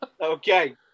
Okay